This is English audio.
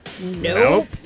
Nope